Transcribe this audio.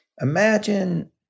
imagine